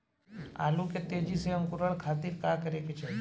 आलू के तेजी से अंकूरण खातीर का करे के चाही?